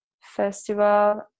Festival